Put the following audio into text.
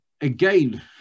again